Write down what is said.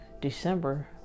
December